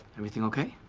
everything okay?